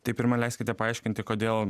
tai pirma leiskite paaiškinti kodėl